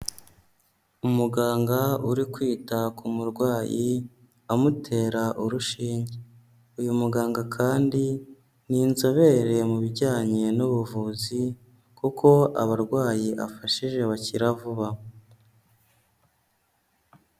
Umuganga uri kwita ku murwayi, amutera urushinge. yUu muganga kandi ni inzobere mu bijyanye n'ubuvuzi kuko abarwayi afashije bakira vuba.